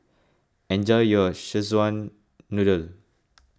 enjoy your Szechuan Noodle